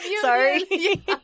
Sorry